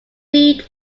feed